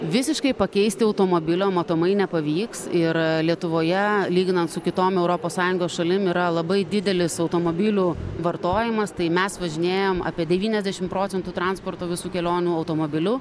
visiškai pakeisti automobilio matomai nepavyks ir lietuvoje lyginant su kitom europos sąjungos šalim yra labai didelis automobilių vartojimas tai mes važinėjam apie devyniasdešim procentų transporto visų kelionių automobiliu